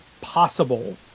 possible